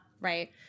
right